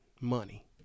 money